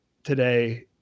today